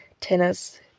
tennis